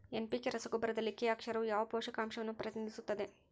NPK ರಸಗೊಬ್ಬರದಲ್ಲಿ K ಅಕ್ಷರವು ಯಾವ ಪೋಷಕಾಂಶವನ್ನು ಪ್ರತಿನಿಧಿಸುತ್ತದೆ?